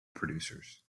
producers